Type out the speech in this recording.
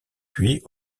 puis